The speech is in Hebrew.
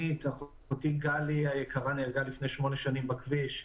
אחותי גלי היקרה נהרגה לפני שמונה שנים בכביש.